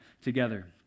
together